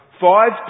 Five